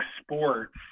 sports